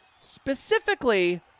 specifically